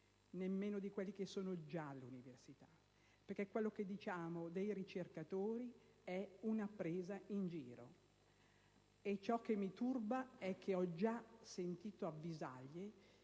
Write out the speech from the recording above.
nemmeno di quelli che sono già all'università, perché quello che diciamo dei ricercatori è una presa in giro. Ciò che mi turba, di cui ho già sentito avvisaglie,